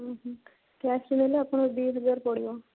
କ୍ୟାସ୍ରେ ନେଲେ ଆପଣଙ୍କୁ ଦୁଇହଜାର ପଡ଼ିବ